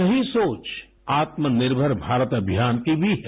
यही सोच आत्मनिर्भर भारत अभियान की भी है